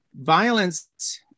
violence